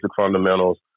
fundamentals